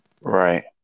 Right